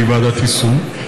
שהיא ועדת יישום.